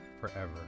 forever